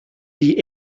die